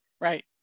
Right